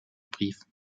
briefen